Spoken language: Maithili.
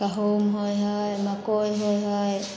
गहूम होइ हइ मकइ होइ हइ